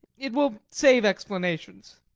it will save explanations.